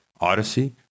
Odyssey